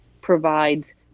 provides